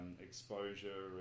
exposure